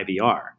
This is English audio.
IVR